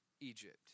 Egypt